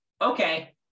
Okay